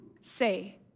say